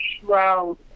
shroud